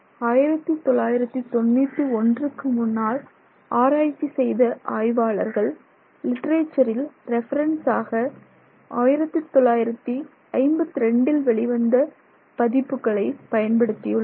1991 க்கு முன்னால் ஆராய்ச்சி செய்த ஆய்வாளர்கள் லிட்டரேச்சரில் ரெஃபரன்சாக ஆக 1952 இல் வெளிவந்த பதிப்புகளை பயன்படுத்தியுள்ளனர்